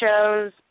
shows